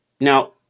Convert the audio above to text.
Now